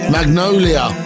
Magnolia